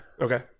Okay